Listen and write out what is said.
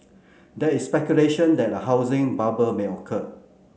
there is speculation that a housing bubble may occur